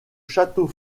château